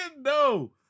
no